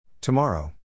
Tomorrow